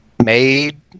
made